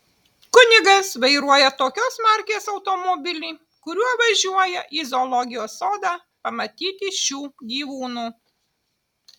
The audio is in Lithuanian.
kunigas vairuoja tokios markės automobilį kuriuo važiuoja į zoologijos sodą pamatyti šių gyvūnų